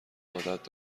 عادت